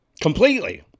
completely